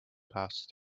passed